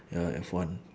ya F one